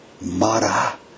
Mara